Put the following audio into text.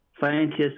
scientists